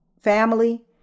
family